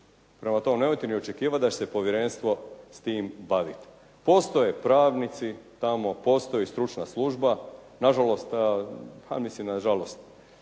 Prema tome, nemojte ni očekivati da ćete povjerenstvo s time vaditi. Postoje pravnici tamo, postoji stručna služba. Nažalost, promijenila se